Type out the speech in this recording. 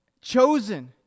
chosen